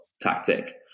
tactic